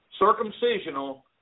circumcisional